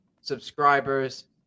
subscribers